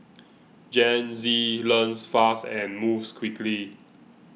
Gen Z learns fast and moves quickly